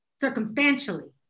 circumstantially